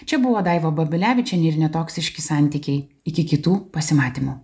čia buvo daiva babilevičienė ir netoksiški santykiai iki kitų pasimatymų